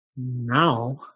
Now